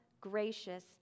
gracious